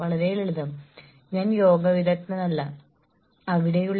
ജോലി ബാൻഡിംഗിനായുള്ള നിർദ്ദേശങ്ങൾ